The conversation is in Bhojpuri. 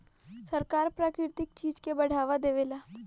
सरकार प्राकृतिक चीज के बढ़ावा देवेला